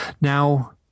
Now